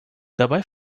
dabei